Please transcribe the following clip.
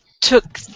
took